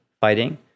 fighting